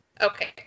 Okay